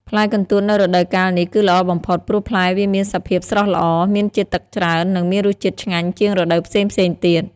ផ្លែកន្ទួតនៅរដូវកាលនេះ គឺល្អបំផុត ព្រោះផ្លែវាមានសភាពស្រស់ល្អ មានជាតិទឹកច្រើន និងមានរសជាតិឆ្ងាញ់ជាងរដូវផ្សេងៗទៀត។